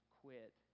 quit